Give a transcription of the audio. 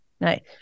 Right